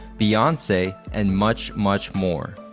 beyonce, and much, much more.